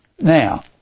Now